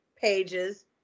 pages